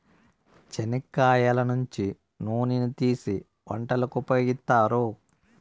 చెనిక్కాయల నుంచి నూనెను తీసీ వంటలకు ఉపయోగిత్తారు